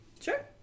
Sure